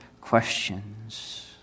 questions